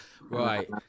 right